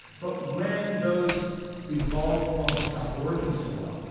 but when those evolved forms stop working so well,